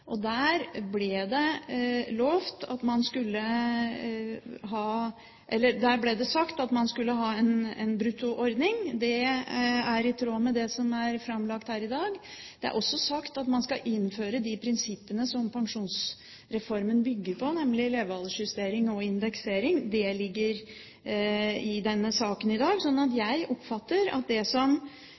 2009. Der ble det sagt at man skulle ha en bruttoordning. Det er i tråd med det som er framlagt her i dag. Det er også sagt at man skal innføre de prinsippene som pensjonsreformen bygger på, nemlig levealdersjustering og indeksering. Det som ligger i denne saken i dag, er i tråd med det som er framforhandlet forhandlingsresultat fra våren 2009. Når det gjelder det andre spørsmålet, signaliserte jeg i mitt innlegg at det